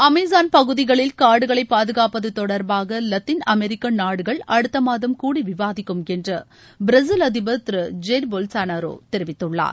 Amazon பகுதிகளில் காடுகளை பாதுகாப்பது தொடர்பாக லத்தீன் அமெரிக்க நாடுகள் அடுத்த மாதம் கூடி விவாதிக்கும் என்று பிரேசில் அதிபர் திரு ஜெய்ர் பொல்சானாரோ தெரிவித்துள்ளார்